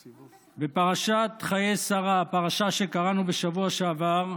בפרשת חיי שרה, הפרשה שקראנו בשבוע שעבר,